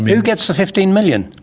who gets the fifteen million